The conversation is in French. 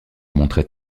montrait